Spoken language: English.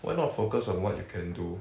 why not focus on what you can do